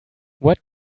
what